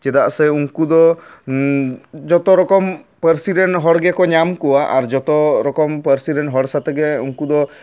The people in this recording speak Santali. ᱪᱮᱫᱟᱜ ᱥᱮ ᱩᱱᱠᱩ ᱫᱚ ᱡᱚᱛᱚ ᱨᱚᱠᱚᱢ ᱯᱟᱹᱨᱥᱤ ᱨᱮᱱ ᱦᱚᱲ ᱜᱮᱠᱚ ᱧᱟᱢ ᱠᱚᱣᱟ ᱟᱨ ᱡᱚᱛᱚ ᱨᱚᱠᱚᱢ ᱯᱟᱹᱨᱥᱤ ᱨᱮᱱ ᱦᱚᱲ ᱥᱟᱛᱮᱜ ᱜᱮ ᱩᱱᱠᱩ ᱫᱚ